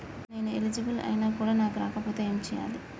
నేను ఎలిజిబుల్ ఐనా కూడా నాకు రాకపోతే ఏం చేయాలి?